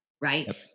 right